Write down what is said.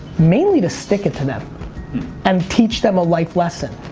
mainly to stick it to them and teach them a life lesson.